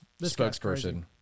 spokesperson